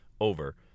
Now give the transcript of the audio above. over